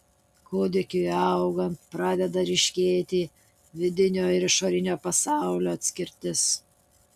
kūdikiui augant pradeda ryškėti vidinio ir išorinio pasaulio atskirtis